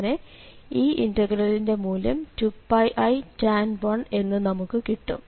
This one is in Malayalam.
അങ്ങനെ ഈ ഇന്റഗ്രലിന്റെ മൂല്യം 2πitan 1എന്ന് നമുക്ക് കിട്ടും